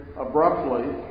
abruptly